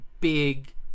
big